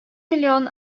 milyon